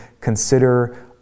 consider